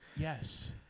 Yes